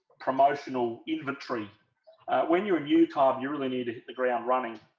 promotional inventory when you're a new card you really need to hit the ground running